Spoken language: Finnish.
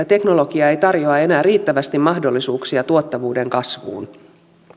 teknologia ei tarjoa enää riittävästi mahdollisuuksia tuottavuuden kasvuun